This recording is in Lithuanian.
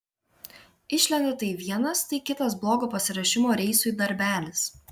išlenda tai vienas tai kitas blogo pasiruošimo reisui darbelis